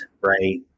right